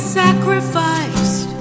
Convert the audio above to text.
sacrificed